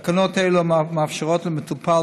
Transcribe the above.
תקנות אלה מאפשרות למטופל,